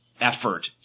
effort